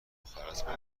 آخرتمان